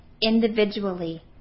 Individually